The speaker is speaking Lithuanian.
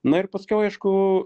na ir paskiau aišku